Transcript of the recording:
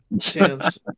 Chance